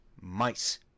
mice